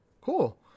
cool